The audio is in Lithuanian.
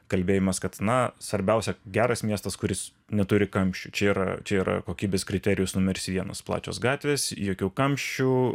kalbėjimas kad na svarbiausia geras miestas kuris neturi kamščių čia yra čia yra kokybės kriterijus numeris vienas plačios gatvės jokių kamščių